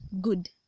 good